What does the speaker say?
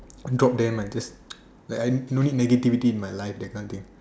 drop them and just like I don't need negativity in my life that kind of thing